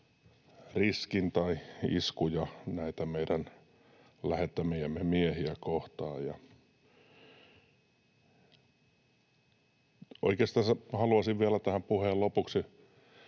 riskin tai iskuja näitä meidän lähettämiämme miehiä kohtaan, ja oikeastansa haluaisin vielä tähän puheen lopuksi